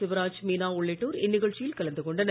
சிவராஜ் மீனா உள்ளிட்டோர் இந்நிகழ்ச்சியில் கலந்து கொண்டனர்